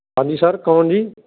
ਹਾਂਜੀ ਸਰ ਕੌਣ ਜੀ